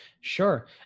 Sure